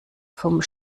vom